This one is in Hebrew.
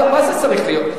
מה זה צריך להיות?